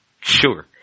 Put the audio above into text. sure